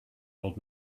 old